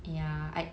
ya I